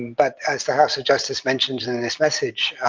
but as the house of justice mentioned message,